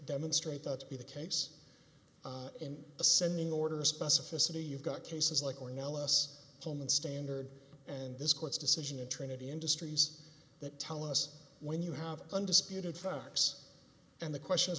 demonstrate that to be the case in ascending order of specificity you've got cases like or no less home and standard and this court's decision in trinity industries that tell us when you have undisputed facts and the question